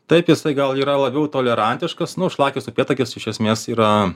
taip jisai gal yra labiau tolerantiškas nu šlakis upėtakis iš esmės yra